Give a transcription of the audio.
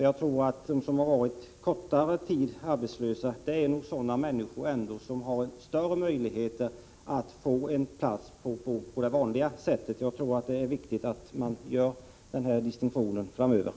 Jag tror att de människor som har varit arbetslösa kortare tid är sådana som har större möjligheter att få en plats på det vanliga sättet. Jag tror att det är viktigt att man framöver gör denna distinktion.